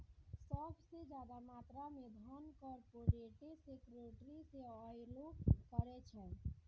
सभ से ज्यादा मात्रा मे धन कार्पोरेटे सेक्टरो से अयलो करे छै